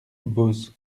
boz